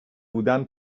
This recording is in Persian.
بودن